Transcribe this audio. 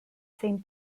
same